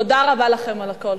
תודה רבה לכם על הכול.